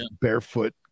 barefoot